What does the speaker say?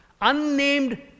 Unnamed